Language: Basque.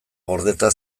gordeta